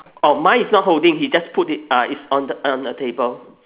orh mine is not holding he just put it ah it's on on the table